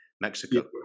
mexico